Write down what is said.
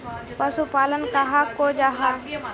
पशुपालन कहाक को जाहा?